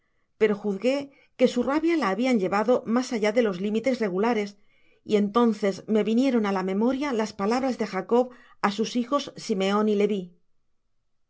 pero juzgué que su rabia la habian llevado mas allá de ios limites regulares y entonces me vinieron á la memoria las palabras de jacob á sus hijos simeon y levi